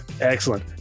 Excellent